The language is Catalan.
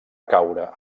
caure